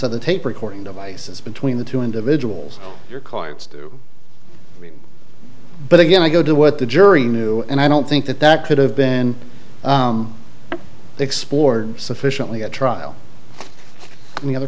of the tape recording devices between the two individuals your clients do but again i go to what the jury knew and i don't think that that could have been explored sufficiently at trial and the other